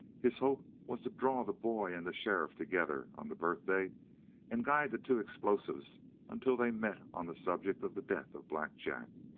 his hope was to draw the boy and the sheriff together on the birthday and guide the two explosives until they met on the subject of the death of black jack.